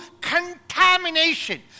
contamination